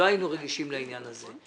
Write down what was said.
לא היינו רגישים לעניין הזה.